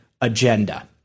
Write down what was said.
agenda